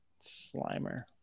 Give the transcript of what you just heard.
Slimer